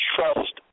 Trust